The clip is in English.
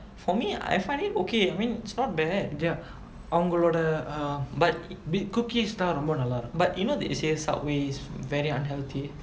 but for me I find it okay I mean it's not bad their அவங்களோட:avangaloda but B cooking style ரொம்ப நால்லாருக்கும்:romba nallaarukkum but you know they say subway is very unhealthy